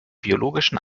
biologischen